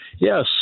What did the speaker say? Yes